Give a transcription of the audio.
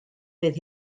fydd